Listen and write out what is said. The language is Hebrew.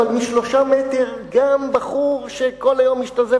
אבל משלושה מטרים גם בחור שכל היום משתזף